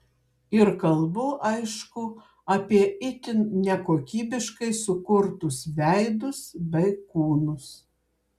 ir kalbu aišku apie itin nekokybiškai sukurtus veidus bei kūnus